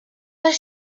their